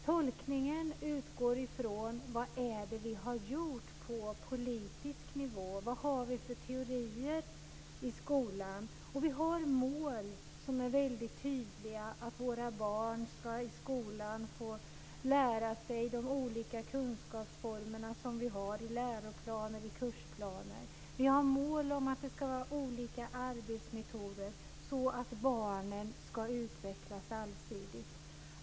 Tolkningen utgår ifrån vad vi har gjort på politisk nivå och vilka teorier vi har i skolan. Vi har mål som är väldigt tydliga. Våra barn ska i skolan få lära sig olika former av kunskap som finns i läroplaner och kursplaner. Vi har mål om att det ska finnas olika arbetsmetoder så att barnen ska utvecklas allsidigt.